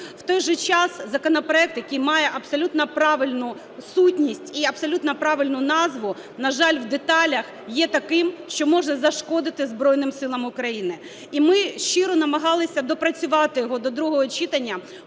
В той же час законопроект, який має абсолютно правильну сутність і абсолютно правильну назву, на жаль, в деталях є таким, що може зашкодити Збройним Силам України. І ми щиро намагалися допрацювати його до другого читання,